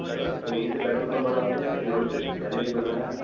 اچھا تو یہیں سے پیٹرول پمپ بھرواتے ہیں یا کہیں اور سے پہلے کبھی بھروایا ہے